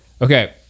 Okay